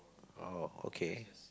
oh okay